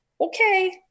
okay